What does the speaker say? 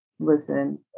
Listen